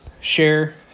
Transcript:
share